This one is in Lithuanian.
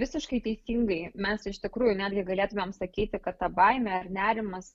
visiškai teisingai mes iš tikrųjų netgi galėtumėm sakyti kad ta baimė ar nerimas